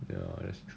ya